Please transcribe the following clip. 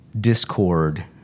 discord